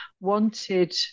wanted